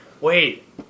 Wait